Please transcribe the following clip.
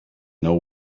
know